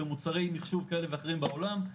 במוצרי מחשוב כאלה ואחרים בעולם.